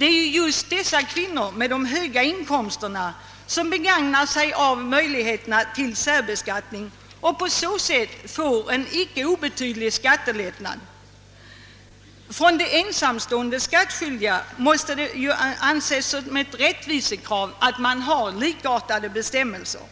Det är just gifta kvinnor med de höga inkomsterna som begagnar sig av möjligheterna till särbeskattning och på så sätt får en icke obetydlig skattelättnad. För ensamstående skattskyldiga måste det anses som ett rättvisekrav med likartade bestämmelser.